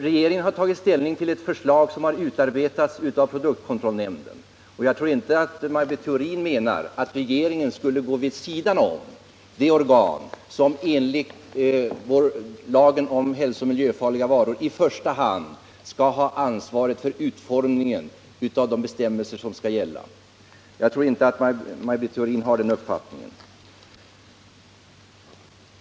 Regeringen har tagit ställning till ett förslag som har utarbetats av produktkontrollnämnden, och jag tror inte att Maj Britt Theorin menar att regeringen skulle gå vid sidan av det organ som enligt lagen om hälsooch miljöfarliga varor i första hand skall ha ansvaret för utformningen av de bestämmelser som skall gälla. Jag tror inte att Maj Britt Theorin har den uppfattningen.